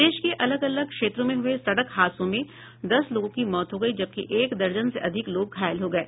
प्रदेश के अलग अलग क्षेत्रों में हये सड़क हादसों में दस लोगों की मौत हो गयी जबकि एक दर्जन से अधिक लोग घायल हो गये